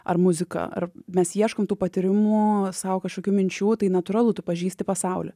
ar muziką ar mes ieškome tų patyrimų sau kažkokių minčių tai natūralu tu pažįsti pasaulį